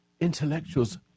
intellectuals